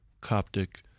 Coptic